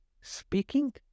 speaking